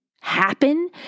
happen